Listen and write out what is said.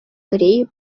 корее